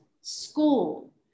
school